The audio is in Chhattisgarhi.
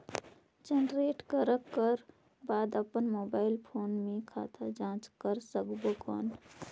जनरेट करक कर बाद अपन मोबाइल फोन मे खाता जांच कर सकबो कौन?